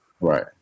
Right